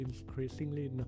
increasingly